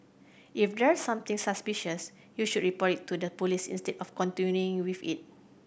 if there's something suspicious you should report it to the police instead of continuing with it